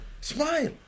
Smile